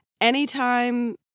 anytime